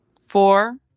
Four